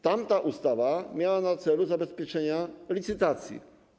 Tamta ustawa miała na celu zabezpieczenie licytacji.